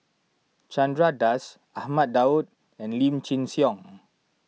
Chandra Das Ahmad Daud and Lim Chin Siong